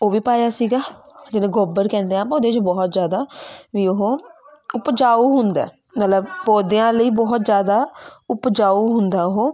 ਉਹ ਵੀ ਪਾਇਆ ਸੀਗਾ ਜਿਹਨੂੰ ਗੋਬਰ ਕਹਿੰਦੇ ਹਾਂ ਆਪਾਂ ਉਹਦੇ 'ਚ ਬਹੁਤ ਜ਼ਿਆਦਾ ਵੀ ਉਹ ਉਪਜਾਊ ਹੁੰਦਾ ਮਤਲਬ ਪੌਦਿਆਂ ਲਈ ਬਹੁਤ ਜ਼ਿਆਦਾ ਉਪਜਾਊ ਹੁੰਦਾ ਉਹ